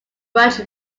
branch